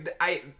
I-